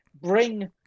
bring